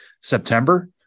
September